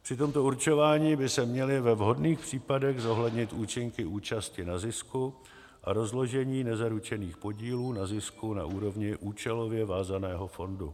Při tomto určování by se měly ve vhodných případech zohlednit účinky účasti na zisku a rozložení nezaručených podílů na zisku na úrovni účelově vázaného fondu.